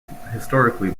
historically